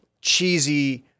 cheesy